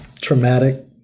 traumatic